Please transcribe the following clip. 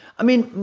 i mean,